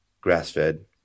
grass-fed